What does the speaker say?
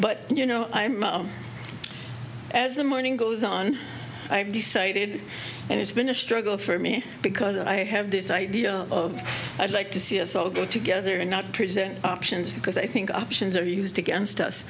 but you know as the morning goes on i have decided and it's been a struggle for me because i have this idea of i'd like to see us all go together and not present options because i think options are used against us